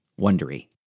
Wondery